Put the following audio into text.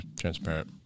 transparent